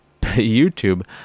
YouTube